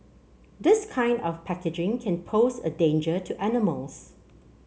this kind of packaging can pose a danger to animals